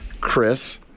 Chris